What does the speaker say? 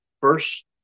First